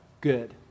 good